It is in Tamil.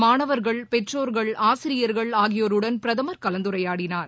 மாணவர்கள் பெற்றோர்கள் ஆசிரியர்கள் ஆகியோருடன் பிரதமர் கலந்துரையாடினார்